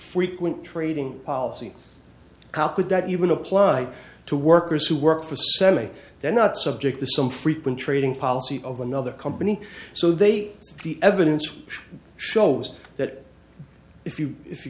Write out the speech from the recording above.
frequent trading policy how could that even apply to workers who work for they're not subject to some frequent trading policy of another company so they say the evidence shows that if you if you